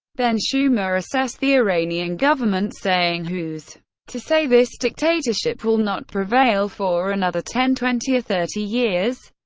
then schumer assessed the iranian government, saying, who's to say this dictatorship will not prevail for another ten, twenty, or thirty years?